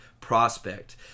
prospect